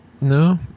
No